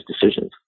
decisions